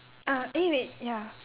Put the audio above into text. uh eh wait ya